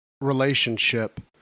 relationship